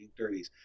1930s